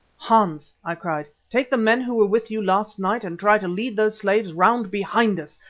hans, i cried, take the men who were with you last night and try to lead those slaves round behind us.